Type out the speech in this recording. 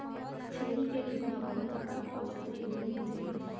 छेरी के दूद म बहुत अकन औसधी गुन होथे